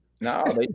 No